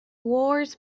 wars